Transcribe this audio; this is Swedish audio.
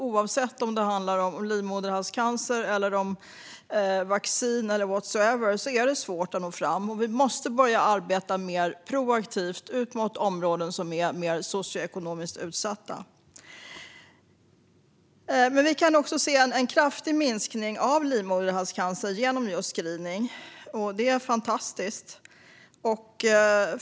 Oavsett om det gäller livmoderhalscancer, vaccin eller whatever är det svårt att nå fram. Vi måste börja arbeta mer proaktivt gentemot områden som är mer socioekonomiskt utsatta. Vi kan se en kraftig minskning av livmoderhalscancer genom just screening. Det är fantastiskt.